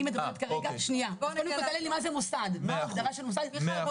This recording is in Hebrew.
מה ההגדרה של מוסד?